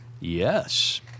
Yes